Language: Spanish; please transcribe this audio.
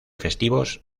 festivos